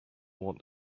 want